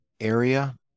area